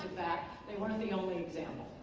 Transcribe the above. they weren't the only example